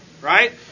right